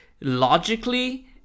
logically